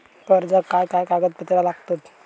कर्जाक काय काय कागदपत्रा लागतत?